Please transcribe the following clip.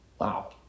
Wow